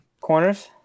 Corners